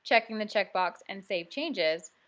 checking the checkbox and save changes,